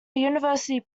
university